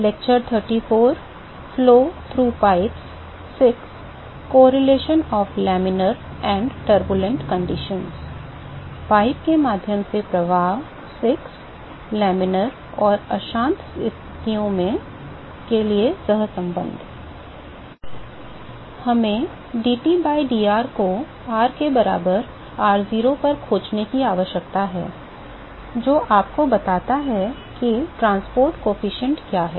हमें dT by dR को r के बराबर r0 पर खोजने की आवश्यकता है जो आपको बताता है कि परिवहन गुणांक क्या है